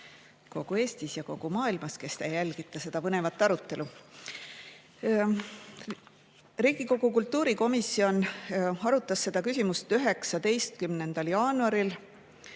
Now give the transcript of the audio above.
kogu Eestis ja kogu maailmas, kes te jälgite seda põnevat arutelu! Riigikogu kultuurikomisjon arutas seda küsimust 19. jaanuaril.